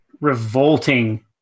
revolting